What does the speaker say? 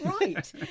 right